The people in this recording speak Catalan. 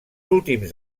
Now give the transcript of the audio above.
últims